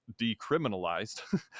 decriminalized